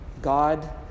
God